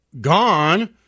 gone